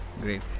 Great